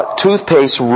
toothpaste